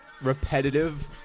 repetitive